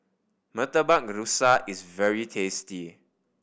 Murtabak Rusa is very tasty